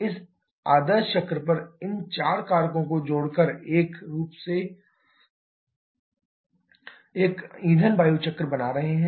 हम आदर्श चक्र पर इन चार कारकों को जोड़कर एक ईंधन वायु चक्र बना रहे हैं